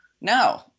No